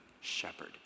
shepherd